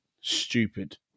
stupid